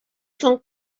соң